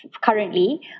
currently